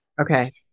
Okay